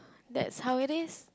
that's how it is